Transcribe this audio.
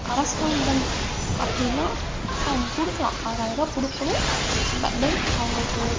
அரசாங்கம் அப்படின்னா அவங்க கொடுக்கலாம் ஆறாயிரம் ருபா கொடுக்கணும் பட் தென் அவர்களுக்கு